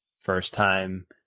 first-time